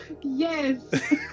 Yes